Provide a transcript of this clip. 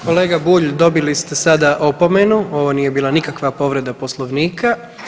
Kolega Bulj dobili ste sada opomenu ovo nije bila nikakva povreda poslovnika.